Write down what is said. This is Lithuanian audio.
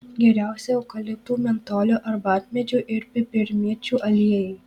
geriausi eukaliptų mentolio arbatmedžių ir pipirmėčių aliejai